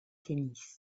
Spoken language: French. tennis